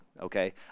okay